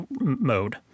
mode